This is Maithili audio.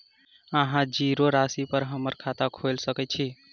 अहाँ जीरो राशि पर हम्मर खाता खोइल सकै छी?